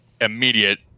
immediate